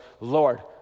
Lord